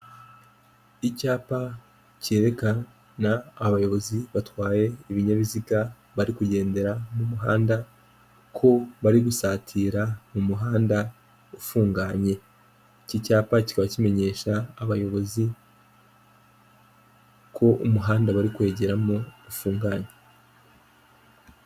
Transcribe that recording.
Icyapa cyerekana abayobozi batwaye ibinyabiziga bari kugendera mu muhanda ko bari gusatira mu muhanda ufunganye. Iki cyapa kikaba kimenyesha abayobozi ko umuhanda bari kwegeramo ufunganye.